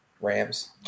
Rams